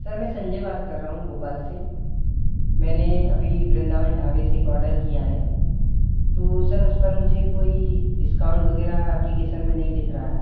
sir मैं संजय बात कर रहा हूँ भोपाल से मैंने अभी वृंदावन ढाबे से एक ऑर्डर किया है तो सर उस पर मुझे कोई डिस्काउंट वगैरह एप्लीकेसन में नहीं दिख रहा है